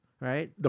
right